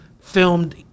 filmed